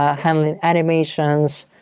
handling animations,